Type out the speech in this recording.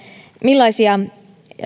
millaisia